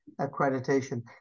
accreditation